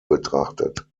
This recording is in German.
betrachtet